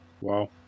Wow